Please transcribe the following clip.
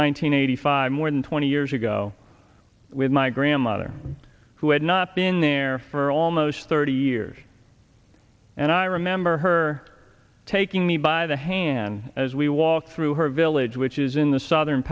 hundred five more than twenty years ago with my grandmother who had not been there for almost thirty years and i remember her taking me by the hand as we walked through her village which is in the southern